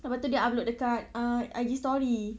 lepas itu dia upload dekat uh I_G story